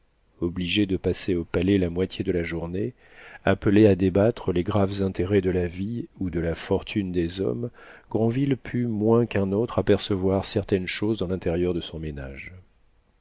obligé de passer au palais la moitié de la journée appelé à débattre les graves intérêts de la vie ou de la fortune des hommes granville put moins qu'un autre apercevoir certaines choses dans l'intérieur de son ménage